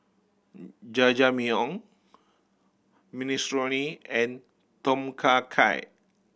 Jajangmyeon Minestrone and Tom Kha Gai